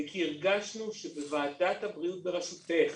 וכי הרגשנו שבוועדת הבריאות בראשותך,